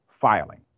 filing